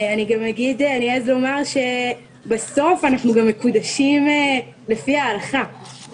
אני גם אעז לומר שבסוף אנחנו גם מקודשים לפי ההלכה,